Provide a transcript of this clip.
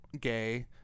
gay